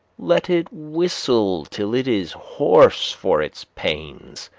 let it whistle till it is hoarse for its pains.